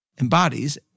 embodies